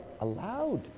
allowed